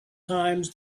times